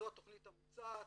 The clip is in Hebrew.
זו התוכנית המוצעת.